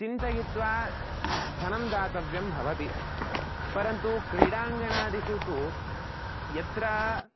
चिन्तयित्वा धनं दातव्यं भवति परन्तु क्रीडाङ्गणादिषु तु यत्र